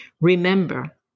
Remember